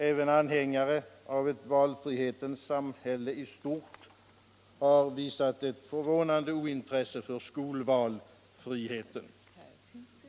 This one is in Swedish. Även anhängare av ctt valfrihetens samhälle i stort har visat ett förvånande ointresse för skolvalfriheten.